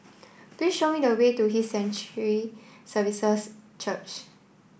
please show me the way to His Sanctuary Services Church